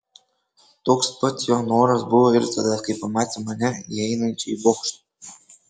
toks pat jo noras buvo ir tada kai pamatė mane įeinančią į bokštą